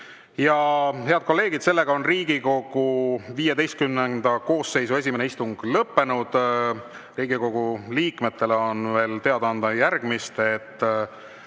kolleegid, sellega on Riigikogu XV koosseisu esimene istung lõppenud. Riigikogu liikmetele on veel teada anda järgmist, et